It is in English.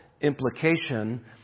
implication